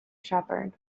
shepherd